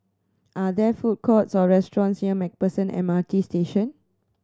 are there food courts or restaurants near Macpherson M R T Station